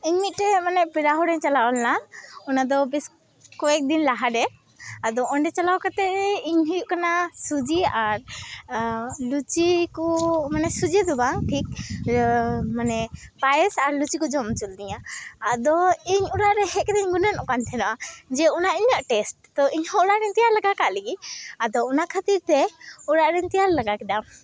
ᱤᱧ ᱢᱤᱫᱴᱷᱮᱱ ᱢᱟᱱᱮ ᱯᱮᱲᱟ ᱦᱚᱲᱚᱜ ᱤᱧ ᱪᱟᱞᱟᱣ ᱞᱮᱱᱟ ᱚᱱᱟᱫᱚ ᱵᱮᱥ ᱠᱚᱭᱮᱠᱫᱤᱱ ᱞᱟᱦᱟᱨᱮ ᱟᱫᱚ ᱚᱸᱰᱮ ᱪᱟᱞᱟᱣ ᱠᱟᱛᱮᱫ ᱤᱧ ᱦᱩᱭᱩᱜ ᱠᱟᱱᱟ ᱥᱩᱡᱤ ᱟᱨ ᱞᱩᱪᱤᱠᱚ ᱢᱟᱱᱮ ᱥᱩᱡᱤᱫᱚ ᱵᱟᱝ ᱴᱷᱤᱠ ᱢᱟᱱᱮ ᱯᱟᱭᱮᱥ ᱟᱨ ᱞᱩᱪᱤᱠᱚ ᱡᱚᱢ ᱚᱪᱚ ᱞᱮᱫᱤᱧᱟ ᱟᱫᱚ ᱤᱧ ᱚᱲᱟᱜᱨᱮ ᱦᱮᱡ ᱠᱟᱛᱮᱫ ᱤᱧ ᱜᱩᱱᱟᱹᱱᱚᱜ ᱠᱟᱱ ᱛᱮᱦᱮᱱᱚᱜᱼᱟ ᱡᱮ ᱚᱱᱟ ᱩᱱᱟᱹᱜ ᱴᱮᱥᱴ ᱛᱳ ᱤᱧᱦᱚᱸ ᱚᱲᱟᱜᱨᱮᱧ ᱛᱮᱭᱟᱨ ᱞᱮᱜᱟᱠᱟᱜ ᱞᱮᱜᱮ ᱟᱫᱚ ᱚᱱᱟ ᱠᱷᱟᱹᱛᱤᱨᱛᱮ ᱚᱲᱟᱜᱨᱮᱧ ᱛᱮᱭᱟᱨ ᱞᱮᱜᱟ ᱠᱮᱫᱟ